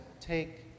Take